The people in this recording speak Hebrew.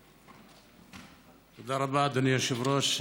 תודה רבה, אדוני היושב-ראש.